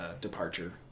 departure